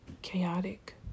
chaotic